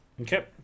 Okay